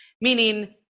Meaning